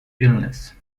illness